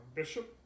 bishop